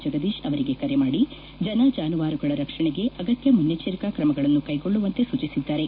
ಜಗದೀತ್ ಅವರಿಗೆ ಕರೆ ಮಾಡಿ ಜನ ಜಾನುವಾರುಗಳ ರಕ್ಷಣೆಗೆ ಅಗತ್ಯ ಮುನ್ನಚ್ಚರಿಕಾ ಕ್ರಮಗಳನ್ನು ಕೈಗೊಳ್ಳುವಂತೆ ಸೂಚಿಸಿದ್ದಾರೆ